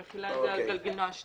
שמכילה גם את הגלגינוע.